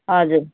हजुर